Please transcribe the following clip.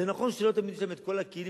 זה נכון שלא תמיד יש להם כל הכלים,